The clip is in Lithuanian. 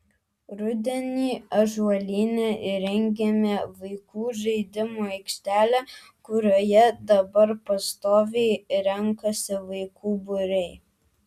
rudenį ąžuolyne įrengėme vaikų žaidimų aikštelę kurioje dabar pastoviai renkasi vaikų būriai